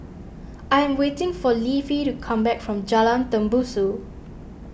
I am waiting for Leafy to come back from Jalan Tembusu